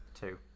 Two